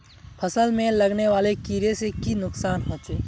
फसल में लगने वाले कीड़े से की नुकसान होचे?